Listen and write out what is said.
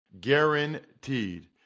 guaranteed